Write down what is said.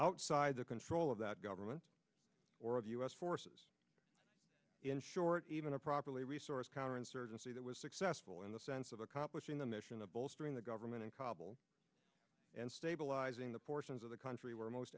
outside the control of that government or of u s forces in short even a properly resourced counterinsurgency that was successful in the sense of accomplishing the mission of bolstering the government in kabul and stabilizing the portions of the country where most